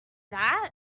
that